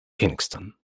kingston